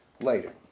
later